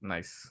Nice